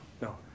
no